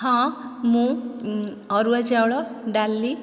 ହଁ ମୁଁ ଅରୁଆ ଚାଉଳ ଡାଲି